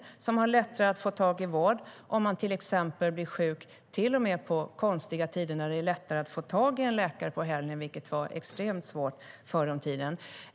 Det är till exempel lättare att få tag i vård om man blir sjuk på konstiga tider när det är lättare att få tag i en läkare på helgen, vilket var extremt svårt förr i tiden.